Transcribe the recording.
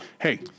hey